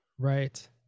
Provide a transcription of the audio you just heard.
Right